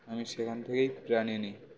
আমি সেখান থেকেই প্রাণে নিই